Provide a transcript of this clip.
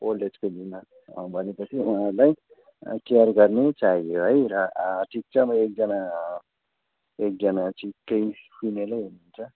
old एजको बिमार भनेपछि उहाँहरूलाई केयर गर्ने चाहियो है र आ ठिक छ म एकजना एकजना ठिक्कै फिमेलै हुन्छ